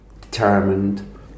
determined